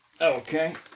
Okay